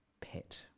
pet